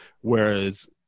whereas